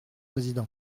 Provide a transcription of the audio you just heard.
président